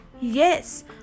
Yes